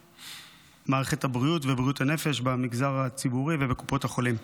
מערכת הבריאות ובריאות הנפש במגזר הציבורי ובקופות החולים.